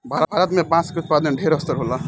भारत में बांस के उत्पादन ढेर स्तर होला